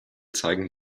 zeigen